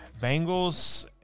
Bengals